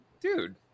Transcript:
dude